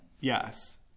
Yes